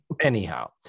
Anyhow